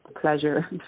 pleasure